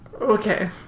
Okay